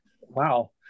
wow